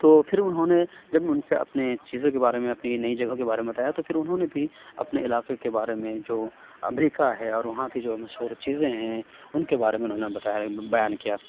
تو پھر اُنہوں نے جب اُن سے اپنے چیزوں کے بارے میں اپنی نئی جگہوں کے بارے میں بتایا تو پھر اُنہوں نے بھی اپنے علاقے کے بارے میں جو امریکہ ہے اور وہاں کی جو مشہور چیزیں ہیں اُن کے بارے میں اُنہوں نے بتایا بیان کیا